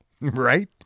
Right